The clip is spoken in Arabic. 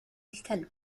الكلب